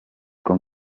con